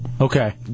Okay